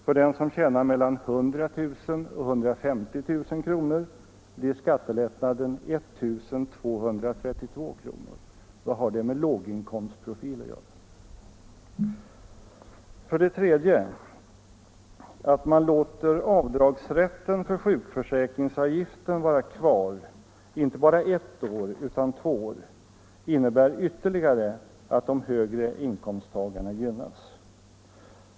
För den som tjänar mellan 100 000 och 150 000 blir skattelättnaden 1232 kr. Vad har det med låginkomstprofil att göra? För det tredje: Att man låter avdragsrätten för sjukförsäkringsavgiften vara kvar inte bara ett år utan två år innebär att de högre inkomsttagarna gynnas än mer.